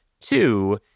Two